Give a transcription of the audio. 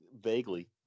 Vaguely